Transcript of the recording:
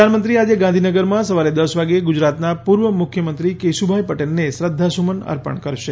પ્રધાનમંત્રી આજે ગાંધીનગરમાં સવારે દસ વાગે ગુજરાતનાં પૂર્વ મુખ્યમંત્રી કેશ્નભાઈ પટેલને શ્રધ્ધાંસુમન અર્પણ કરશે